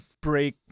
break